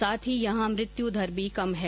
साथ ही यहां मृत्यु दर भी कम है